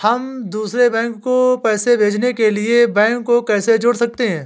हम दूसरे बैंक को पैसे भेजने के लिए बैंक को कैसे जोड़ सकते हैं?